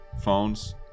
phones